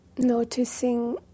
Noticing